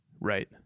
Right